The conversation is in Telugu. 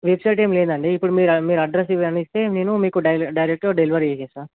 వెబ్సైట్ ఏమి లేదండి ఇప్పుడు మీరు మీరు అడ్రస్ కానీ ఇస్తే నేను మీకు డైల్ డైరెక్ట్గా డెలివరీ చేస్తాను